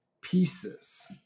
pieces